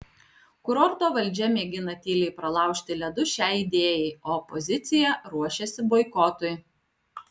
kurorto valdžia mėgina tyliai pralaužti ledus šiai idėjai o opozicija ruošiasi boikotui